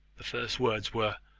the first words were